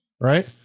right